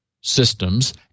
systems